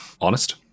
honest